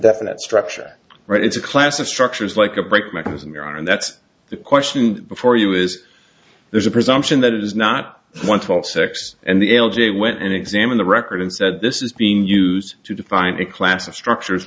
definite structure right it's a class of structures like a brake mechanism you're on and that's the question before you is there's a presumption that it is not one to all sex and the l j went and examine the record and said this is being used to define a class of structures